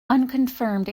unconfirmed